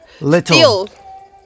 Little